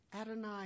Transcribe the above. Adonai